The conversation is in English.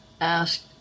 asked